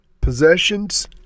possessions